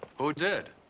who did?